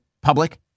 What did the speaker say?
public